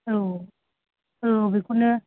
औ औ बेखौनो